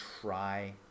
try